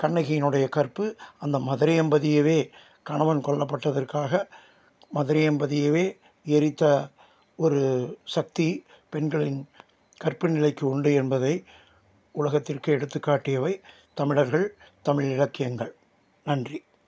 கண்ணகியினுடைய கற்பு அந்த மதுரை என்பதையவே கணவன் கொல்லப்பட்டதற்காக மதுரை என்பதையவே எரித்த ஒரு சக்தி பெண்களின் கற்பு நிலைக்கு உண்டு என்பதை உலகத்திற்கு எடுத்துக்காட்டியவை தமிழர்கள் தமிழ் இலக்கியங்கள் நன்றி